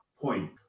point